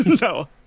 no